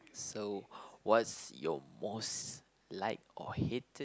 so what's your most liked or hated